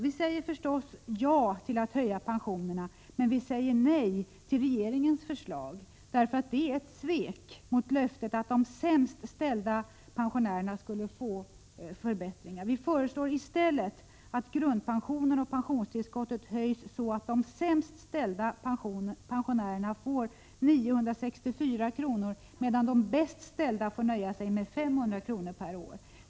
Vi säger förstås ja till att höja pensionerna, men vi säger nej till regeringens förslag därför att det är ett svek mot löftet att de sämst ställda pensionärerna skulle få förbättringar. Vi föreslår i stället att grundpensionen och pensionstillskottet höjs så att de sämst ställda pensionärerna får 964 kr. medan de bäst ställda får nöja sig med 500 kr. per år.